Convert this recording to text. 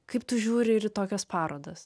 kaip tu žiūri ir į tokias parodas